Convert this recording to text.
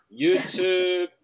YouTube